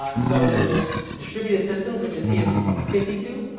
so there's distributed systems which is csc fifty two.